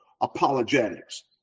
apologetics